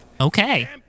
Okay